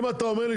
אם אתה בא ואומר,